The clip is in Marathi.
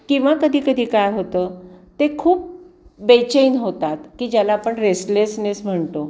किंवा कधी कधी काय होतं ते खूप बेचैन होतात की ज्याला आपण रेसलेसनेस म्हणतो